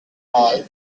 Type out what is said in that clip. all